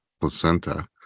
placenta